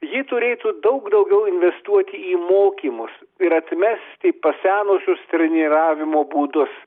ji turėtų daug daugiau investuoti į mokymus ir atmesti pasenusius treniravimo būdus